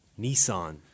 Nissan